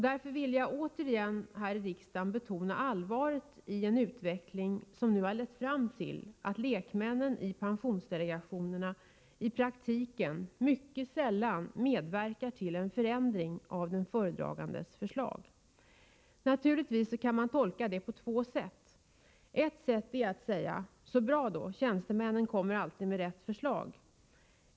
Därför ville jag återigen här i riksdagen betona allvaret i en utveckling som nu lett fram till att lekmännen i pensionsdelegationerna i praktiken mycket sällan medverkar till en förändring av den föredragandes förslag. Naturligtvis kan man tolka detta på två sätt. Ett sätt är att säga: Så bra då, tjänstemännen kommer alltid med rätt förslag.